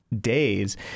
days